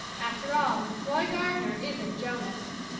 after all, roy gardner isn't jonas.